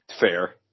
Fair